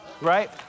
right